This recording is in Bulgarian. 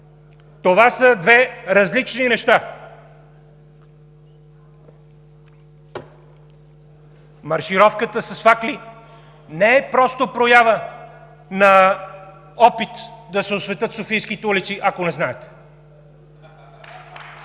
Това са две различни неща. Маршировката с факли не е просто проява на опит да се осветят софийските улици, ако не знаете.